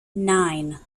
nine